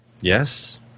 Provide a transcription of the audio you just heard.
Yes